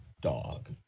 dog